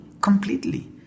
completely